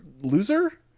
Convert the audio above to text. loser